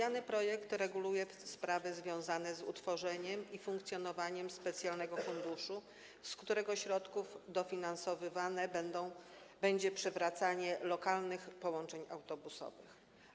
Omawiany projekt reguluje sprawy związane z utworzeniem i funkcjonowaniem specjalnego funduszu, z którego środków dofinansowywane będzie przywracanie lokalnych połączeń autobusowych.